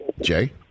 Jay